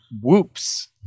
Whoops